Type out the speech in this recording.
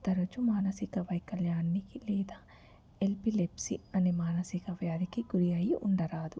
తరచూ మానసిక వైకల్యానికి లేదా ఎపిలేప్సి అనే మానసిక వ్యాధికి గురి అయ్యి ఉండరాదు